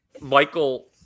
Michael